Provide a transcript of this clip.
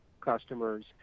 customers